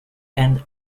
and